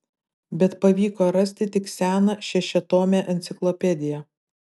bet pavyko rasti tik seną šešiatomę enciklopediją